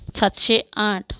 सातशे आठ